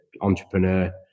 entrepreneur